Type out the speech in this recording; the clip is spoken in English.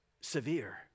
severe